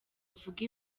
avuga